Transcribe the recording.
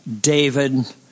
David